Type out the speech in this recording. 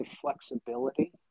flexibility